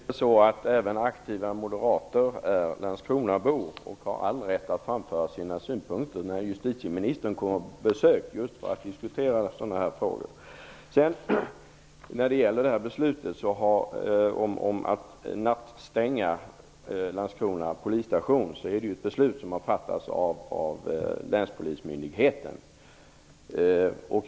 Fru talman! Även aktiva moderater kan vara landskronabor med all rätt att framföra sina sina synpunkter när justitieministern kommer på besök just för att diskutera sådana här frågor. Beslutet att nattstänga Landskrona polisstation har fattats av länspolismyndigheten.